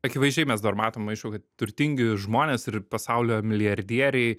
akivaizdžiai mes dabar matom aišku kad turtingi žmonės ir pasaulio milijardieriai